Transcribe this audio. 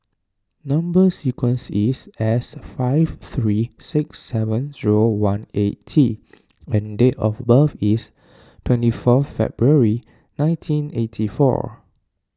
Number Sequence is S five three six seven zero one eight T and date of birth is twenty four February nineteen eighty four